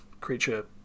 creature